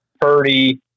Purdy